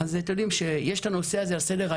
אז אתם יודעים שיש את הנושא הזה על סדר-היום,